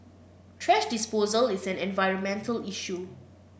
thrash disposal is an environmental issue